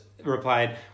replied